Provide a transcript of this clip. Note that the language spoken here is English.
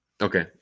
okay